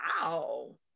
Wow